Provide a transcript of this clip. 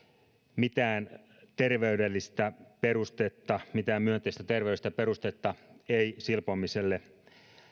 mitään terveydellistä perustetta mitään myönteistä terveydellistä perustetta ei silpomiselle